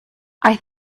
think